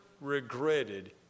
regretted